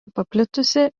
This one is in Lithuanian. paplitusi